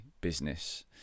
business